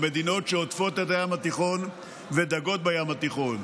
במדינות שעוטפות את הים התיכון ודגות בים התיכון,